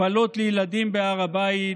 הפעלות לילדים בהר הבית,